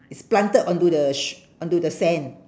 it's planted onto the shh~ onto the sand